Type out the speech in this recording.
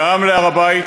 גם להר-הבית.